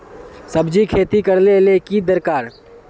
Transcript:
सब्जी खेती करले ले की दरकार?